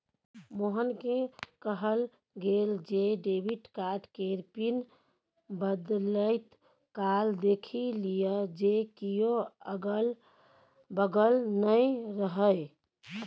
मोहनकेँ कहल गेल जे डेबिट कार्ड केर पिन बदलैत काल देखि लिअ जे कियो अगल बगल नै रहय